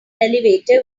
elevator